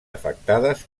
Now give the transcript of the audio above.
afectades